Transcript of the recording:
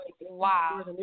Wow